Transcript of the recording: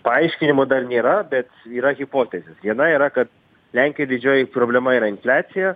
paaiškinimo dar nėra bet yra hipotezės viena yra kad lenkijoj didžioji problema yra infliacija